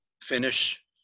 finish